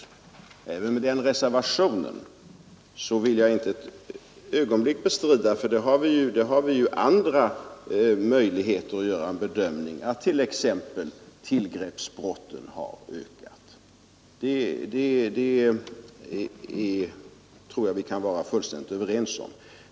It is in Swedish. Även med den reservationen vill jag inte ett ögonblick bestrida — det har vi ju andra möjligheter att bedöma att t.ex. tillgreppsbrotten har ökat. Det tror jag vi kan vara fullständigt överens om.